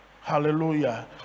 Hallelujah